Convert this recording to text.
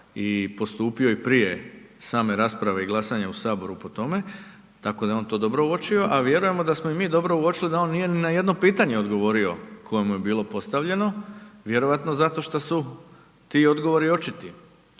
i postupio i prije same rasprave i glasanja u Saboru po tome, tako da je on to dobro uočio a vjerujemo da smo i dobro uočili da on nije ni na jedno pitanje odgovorio koje mu je bilo postavljeno, vjerovatno zato što su ti odgovori očiti i